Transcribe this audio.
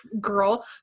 girl